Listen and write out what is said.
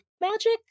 magic